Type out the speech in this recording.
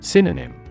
Synonym